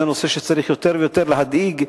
זה נושא שצריך יותר ויותר להדאיג,